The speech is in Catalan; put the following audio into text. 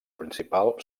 principal